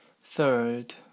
Third